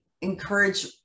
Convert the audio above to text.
encourage